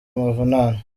amavunane